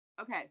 Okay